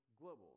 global